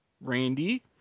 Randy